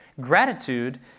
Gratitude